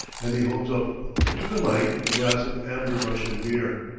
and he holds up to the light a glass of amber russian beer.